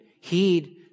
heed